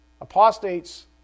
Apostates